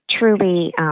Truly